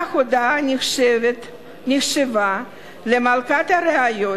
שבה הודאה נחשבה למלכת הראיות,